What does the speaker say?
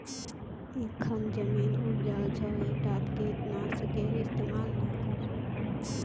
इखन जमीन उपजाऊ छ ईटात कीट नाशकेर इस्तमाल ना कर